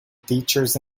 teachers